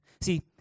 See